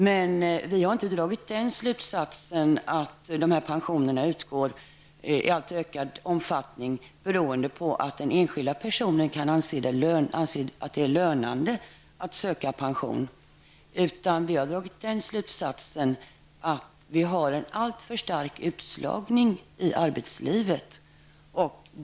Men vi har inte dragit den slutsatsen att förtidspension utgår i ökad omfattning beroende på att den enskilda personen kan anse att det är lönande att söka pension, utan vi har dragit den slutsatsen att utslagningen från arbetslivet är alldeles för stor.